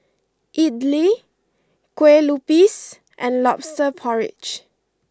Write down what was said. Idly Kueh Lupis and Lobster Porridge